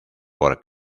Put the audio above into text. por